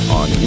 on